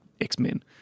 x-men